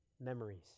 memories